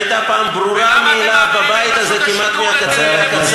שהייתה פעם ברורה מאליו בבית הזה כמעט מהקצה אל הקצה,